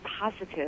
positive